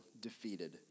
defeated